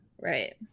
Right